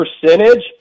percentage